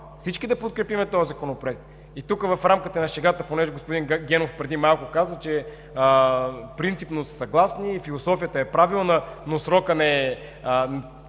всички да подкрепим този Законопроект. Тук, в рамките на шегата, понеже господин Генов преди малко каза, че принципно са съгласни и философията е правилна, но срокът не е